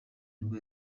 nibwo